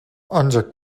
ancak